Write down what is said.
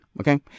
Okay